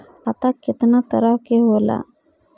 खाता केतना तरह के होला?